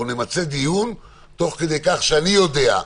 אנחנו נמצה דיון, תוך כדי כך שאני יודע,